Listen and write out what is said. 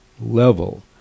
level